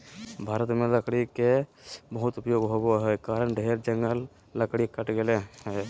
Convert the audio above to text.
भारत में लकड़ी के बहुत उपयोग होबो हई कारण ढेर जंगल कट गेलय हई